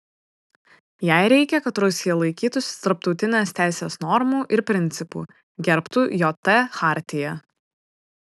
jai reikia kad rusija laikytųsi tarptautinės teisės normų ir principų gerbtų jt chartiją